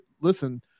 listen